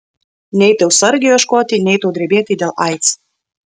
nei tau sargių ieškoti nei tau drebėti dėl aids